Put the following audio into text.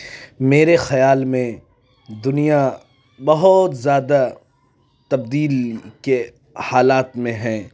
میرے خیال میں دنیا بہت زیادہ تبدیل کے حالات میں ہیں